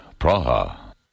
Praha